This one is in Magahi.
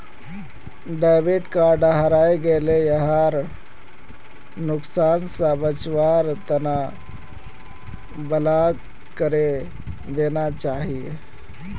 डेबिट कार्ड हरई गेला यहार नुकसान स बचवार तना ब्लॉक करे देना चाहिए